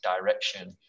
direction